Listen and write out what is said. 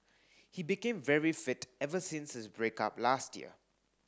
he became very fit ever since his break up last year